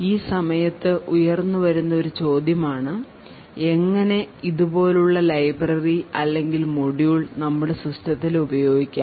ഈ സമയത്തു ഉയർന്നു വരുന്ന ഒരു ചോദ്യമാണ് എങ്ങനെ ഇതുപോലുള്ള ലൈബ്രറി അല്ലെങ്കിൽ മൊഡ്യൂൾ നമ്മുടെ സിസ്റ്റത്തിൽ ഉപയോഗിക്കാം